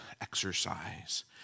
exercise